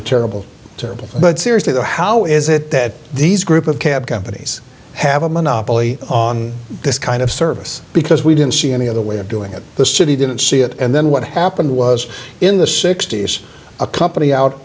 a terrible terrible but seriously though how is it that these group of cab companies have a monopoly on this kind of service because we didn't see any other way of doing it the city didn't see it and then what happened was in the sixty's a company out